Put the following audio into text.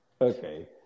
Okay